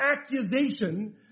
accusation